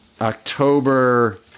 October